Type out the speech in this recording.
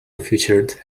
featured